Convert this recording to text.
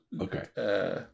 okay